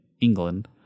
England